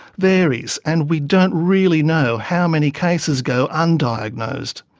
varies and we don't really know how many cases go undiagnosed.